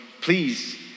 please